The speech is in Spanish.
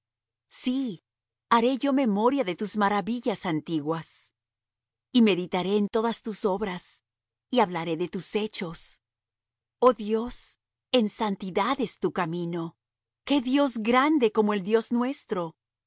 sí haré yo memoria de tus maravillas antiguas y meditaré en todas tus obras y hablaré de tus hechos oh dios en santidad es tu camino qué dios grande como el dios nuestro